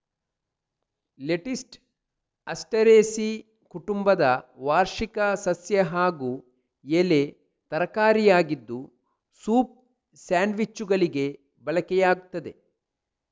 lettuce Asteraceae ಕುಟುಂಬದ ವಾರ್ಷಿಕ ಸಸ್ಯ ಹಾಗೂ ಎಲೆ ತರಕಾರಿಯಾಗಿದ್ದು ಸೂಪ್, ಸ್ಯಾಂಡ್ವಿಚ್ಚುಗಳಿಗೆ ಬಳಕೆಯಾಗ್ತದೆ